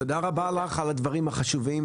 תודה רבה לך על הדברים החשובים,